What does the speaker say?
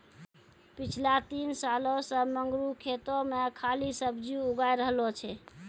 पिछला तीन सालों सॅ मंगरू खेतो मॅ खाली सब्जीए उगाय रहलो छै